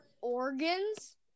organs